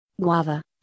Guava